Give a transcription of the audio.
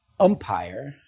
umpire